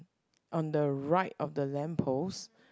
on the right of the lamp post